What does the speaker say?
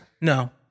no